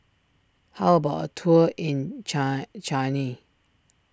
how about a tour in Chile